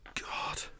God